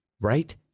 right